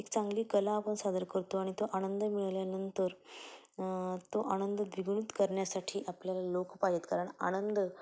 एक चांगली कला आपण सादर करतो आणि तो आनंद मिळाल्यानंतर तो आनंद द्विगुणित करण्यासाठी आपल्याला लोकं पाहिजेत कारण आनंद